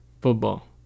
Football